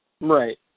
Right